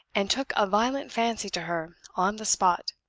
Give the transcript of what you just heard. and took a violent fancy to her on the spot.